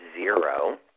zero